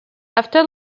after